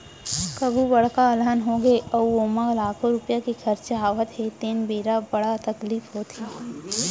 कभू बड़का अलहन होगे अउ ओमा लाखों रूपिया के खरचा आवत हे तेन बेरा बड़ तकलीफ होथे